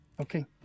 Okay